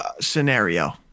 scenario